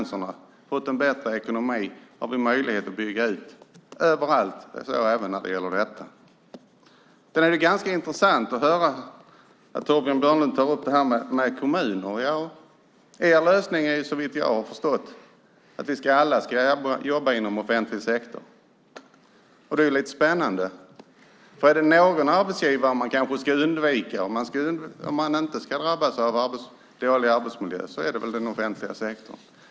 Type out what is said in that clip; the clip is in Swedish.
När vi har fått en bättre ekonomi har vi möjlighet att bygga ut överallt och även när det gäller detta. Det är ganska intressant att höra Torbjörn Björlund ta upp det här med kommunerna. Såvitt jag har förstått är er lösning att vi alla ska jobba inom den offentliga sektorn. Det är lite spännande. Finns det någon arbetsgivare man kanske ska undvika för att inte drabbas av dålig arbetsmiljö är det väl den offentliga sektorn.